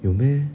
有 meh